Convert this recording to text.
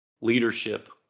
leadership